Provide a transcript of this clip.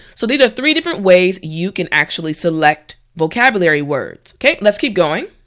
so these are three different ways you can actually select vocabulary words. okay let's keep going.